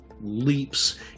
leaps